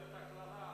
רכבת הקללה.